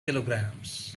kilograms